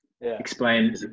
Explain